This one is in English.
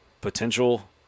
potential